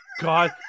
God